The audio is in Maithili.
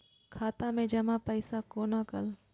खाता मैं जमा पैसा कोना कल